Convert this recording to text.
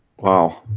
Wow